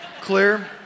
clear